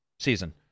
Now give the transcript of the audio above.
Season